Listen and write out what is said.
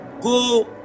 go